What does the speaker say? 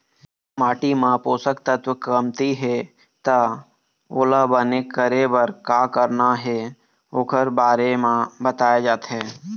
माटी म पोसक तत्व कमती हे त ओला बने करे बर का करना हे ओखर बारे म बताए जाथे